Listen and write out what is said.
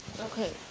Okay